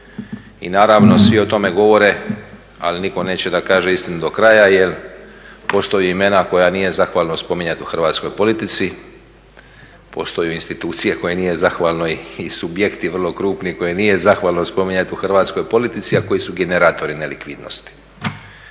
I naravno svi o tome govore ali nitko neće da kaže istinu do kraja jer postoje imena koja nije zahvalno spominjati u hrvatskoj politici, postoje institucije koje nije zahvalno i subjekti vrlo krupni koje nije zahvalno spominjati u hrvatskoj politici a koji su generatori nelikvidnosti.